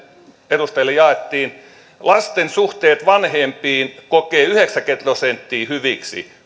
edustajille jaettiin lasten suhteet vanhempiin kokee yhdeksänkymmentä prosenttia hyviksi